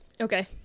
okay